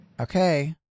Okay